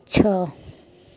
छओ